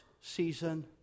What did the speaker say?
season